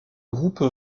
groupe